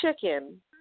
chicken